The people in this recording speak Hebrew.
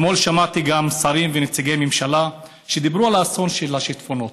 אתמול שמעתי גם שרים ונציגי ממשלה שדיברו על האסון של השיטפונות.